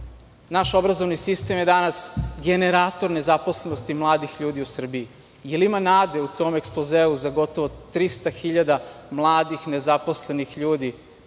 Naš obrazovni sistem je danas generator nezaposlenosti mladih ljudi u Srbiji. Da li ima nade u tom ekspozeu za gotovo 300 hiljada mladih nezaposlenih ljudi?